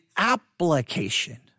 application